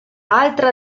altra